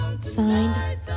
Signed